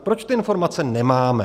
Proč ty informace nemáme?